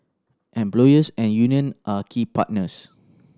employers and union are key partners